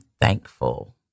thankful